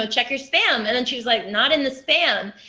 ah check your spam. and then she was like, not in the spam.